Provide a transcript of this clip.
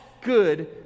good